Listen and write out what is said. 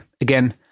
again